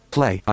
Play